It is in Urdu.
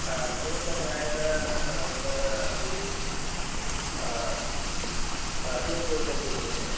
آ ریہو کا پرائز آ سر ابھی آ آ تین سو روپے کے جی ہے